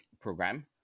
program